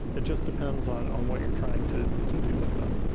it just depends on on what you're trying to to do with them.